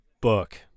book